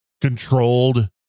controlled